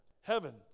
heaven